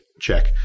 check